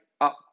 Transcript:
up